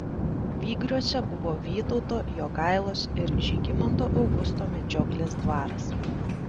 vygriuose buvo vytauto jogailos ir žygimanto augusto medžioklės dvaras